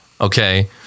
Okay